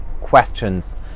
questions